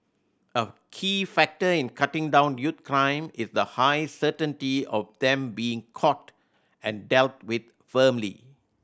a key factor in cutting down youth crime is the high certainty of them being caught and dealt with firmly